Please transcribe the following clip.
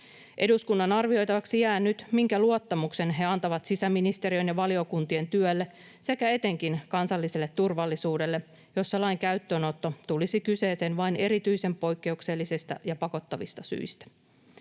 Eduskunnan arvioitavaksi jää nyt, minkä luottamuksen se antaa sisäministeriön ja valiokuntien työlle sekä etenkin kansalliselle turvallisuudelle, jossa lain käyttöönotto tulisi kyseeseen vain erityisen poikkeuksellisista ja pakottavista syistä.